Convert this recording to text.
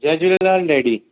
Jay Jhulelal daddy